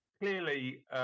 clearly